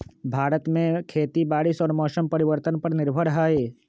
भारत में खेती बारिश और मौसम परिवर्तन पर निर्भर हई